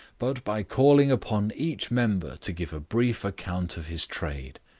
but by calling upon each member to give a brief account of his trade.